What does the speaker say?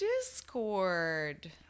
Discord